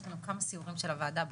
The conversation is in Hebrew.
יש לנו כמה סיורים של הוועדה בחוץ,